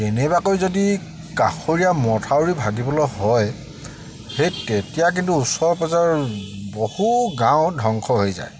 কেনেবাকৈ যদি কাষৰীয়া মথাউৰি ভাগিবলৈ হয় সেই তেতিয়া কিন্তু ওচৰ পাজৰ বহু গাঁও ধ্বংস হৈ যায়